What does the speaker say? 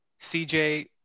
CJ